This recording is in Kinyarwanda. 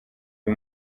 uyu